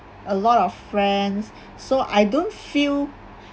a lot of friends so I don't feel